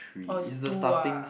orh is two ah